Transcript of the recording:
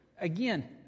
Again